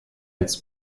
als